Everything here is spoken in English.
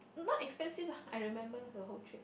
not expensive lah I remember the whole trip